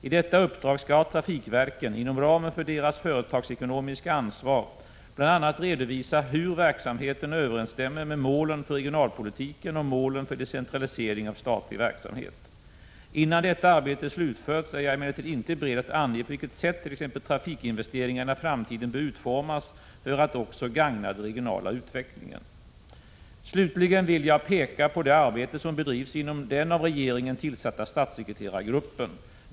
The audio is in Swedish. I detta uppdrag skall trafikverken — inom ramen för deras företagsekonomiska ansvar — bl.a. redovisa hur verksamheten överensstämmer med målen för regionalpolitiken och målen för decentralisering av statlig verksamhet. Innan detta arbete slutförts är jag emellertid inte beredd att ange på vilket sätt t.ex. trafikinvesteringarna i framtiden bör utformas för att också gagna den regionala utvecklingen. Slutligen vill jag peka på det arbete som bedrivs inom den av regeringen tillsatta statssekreterargruppen.